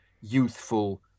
youthful